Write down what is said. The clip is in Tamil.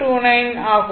29o ஆகும்